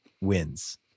Wins